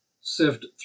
Sift